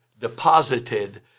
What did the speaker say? deposited